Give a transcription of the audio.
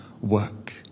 work